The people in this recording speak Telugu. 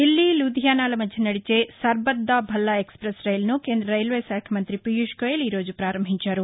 దిల్లీ లూథియానాల మధ్య నదిచే సర్బత్ దా భల్లా ఎక్స్డెస్ రైలును కేంద్ర రైల్వేశాఖ మంత్రి పీయూష్ గోయల్ ఈ రోజు పారంభించారు